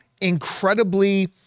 incredibly